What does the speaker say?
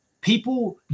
people